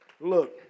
look